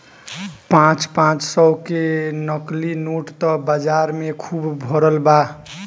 पाँच पाँच सौ के नकली नोट त बाजार में खुब भरल बा